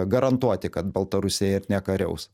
garantuoti kad baltarusija ir nekariaus